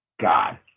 God